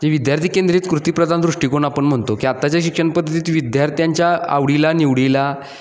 जे विद्यार्थी केंद्रित्रित कृतीप्रधान दृष्टिकोन आपण म्हणतो की आत्ताच्या शिक्षण पद्धतीत विद्यार्थ्यांच्या आवडीला निवडीला